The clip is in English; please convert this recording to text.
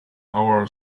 our